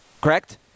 Correct